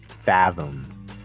fathom